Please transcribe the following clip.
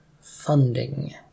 funding